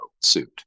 suit